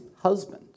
husband